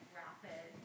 rapid